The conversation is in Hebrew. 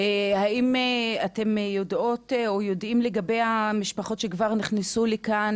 האם אתם יודעות או יודעים לגבי מצב המשפחות שכבר נכנסו לכאן,